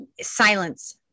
silence